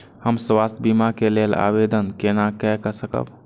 हम स्वास्थ्य बीमा के लेल आवेदन केना कै सकब?